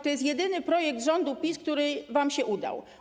To jest jedyny projekt rządu PiS, który wam się udał.